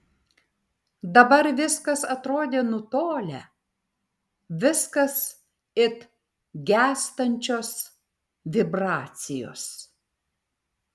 dabar viskas atrodė nutolę viskas it gęstančios vibracijos